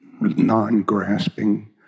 non-grasping